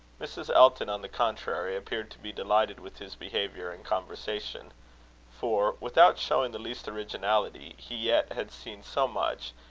mrs. elton, on the contrary, appeared to be delighted with his behaviour and conversation for, without showing the least originality, he yet had seen so much,